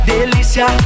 Delícia